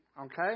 okay